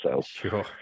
Sure